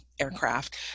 aircraft